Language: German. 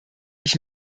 ich